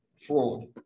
fraud